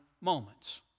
moments